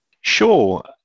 Sure